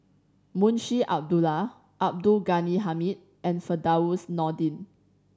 Munshi Abdullah Abdul Ghani Hamid and Firdaus Nordin